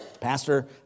Pastor